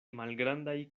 malgrandaj